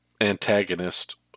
antagonist